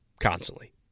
constantly